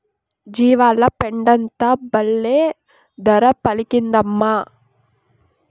జీవాల పెండంతా బల్లే ధర పలికిందమ్మా